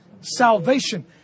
Salvation